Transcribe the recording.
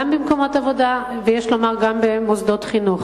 גם במקומות עבודה, ויש לומר, גם במוסדות חינוך.